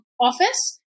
office